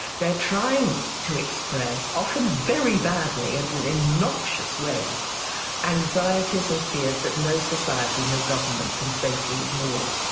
they're trying to express often very badly and in in noxious ways anxieties and fears that no society, no government, can safely ignore.